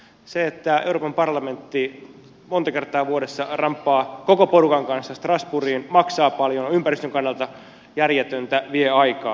se että euroopan parlamentti monta kertaa vuodessa ramppaa koko porukan kanssa strasbourgiin maksaa paljon on ympäristön kannalta järjetöntä vie aikaa